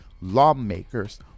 Lawmakers